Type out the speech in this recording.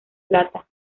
plata